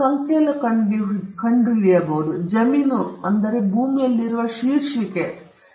ಭೂಮಿ ಅಳತೆ ಮಾಡಬಹುದು ಅದನ್ನು ಸಂಖ್ಯೆಯಲ್ಲಿ ಕಂಡುಹಿಡಿಯಬಹುದು ನಾವು ಅದನ್ನು ಲೆಕ್ಕಾಚಾರ ಮಾಡಬಹುದು ಮತ್ತು ಭೂಮಿ ಎಷ್ಟು ಎನ್ನುವುದನ್ನು ನಾವು ಹೇಳಬಹುದು